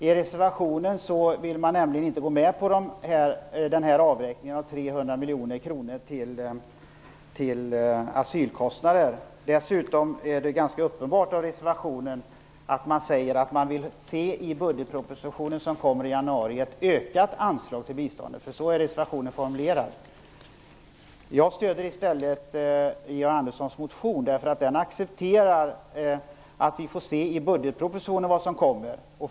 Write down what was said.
I reservationen vill man nämligen inte gå med på avräkningen på 300 miljoner kronor för asylkostnader. Dessutom framgår det ganska uppenbart att reservanterna i budgetpropositionen som kommer i januari vill se ett ökat anslag till biståndet, för så är reservationen formulerad. Jag stöder i stället Georg Anderssons motion, därför att den accepterar att vi får avvakta vad som kommer i budgetpropositionen.